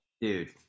Dude